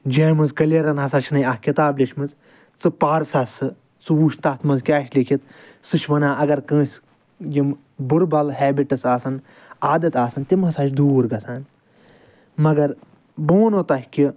James کلیرَن ہَسا چھے اکھ کِتاب لیٚچھمٕژ ژٕ پَر سہَ سُہ ژٕ وٕچھ تتھ مَنٛز کیاہ چھُ لیٚکھِتھ سُہ چھ وَنان اگر کٲنٛسہِ یِم بُرٕ بَلہ ہیٚبِٹس آسَن عادت آسَن تِم ہَسا چھِ دوٗر گَژھان مگر بہٕ وَنو تۄہہِ کہ